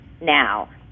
now